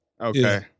Okay